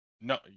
No